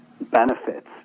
benefits